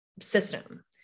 system